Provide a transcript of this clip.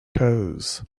toes